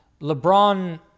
LeBron